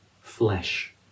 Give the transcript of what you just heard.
flesh